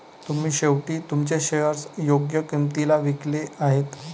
तुम्ही शेवटी तुमचे शेअर्स योग्य किंमतीला विकले आहेत